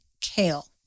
kale